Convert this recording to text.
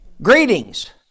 Greetings